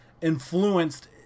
influenced